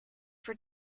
for